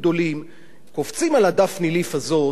מה זה הדבר הזה?